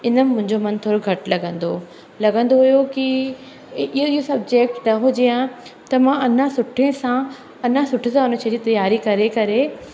इन में मुंहिंजो मनु थोरो घटि लॻंदो हुओ लॻंदो हुओ की इहो सब्जेक्ट त हुजे आहे त मां अञा सुठे सां अञा सुठे सां उन शइ जी तयारी करे करे